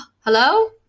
Hello